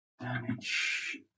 damage